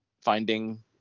finding